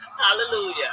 Hallelujah